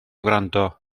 wrando